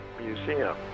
museum